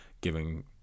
giving